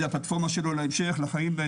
זה הפלטפורמה שלו להמשך בחיים,